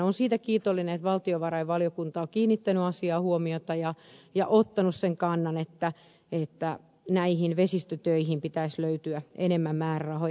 olen siitä kiitollinen että valtiovarainvaliokunta on kiinnittänyt asiaan huomiota ja ottanut sen kannan että näihin vesistötöihin pitäisi löytyä enemmän määrärahoja